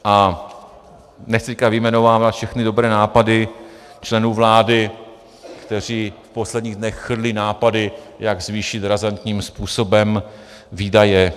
A nechci teď vyjmenovávat všechny dobré nápady členů vlády, kteří v posledních dnech chrlí nápady, jak zvýšit razantním způsobem výdaje.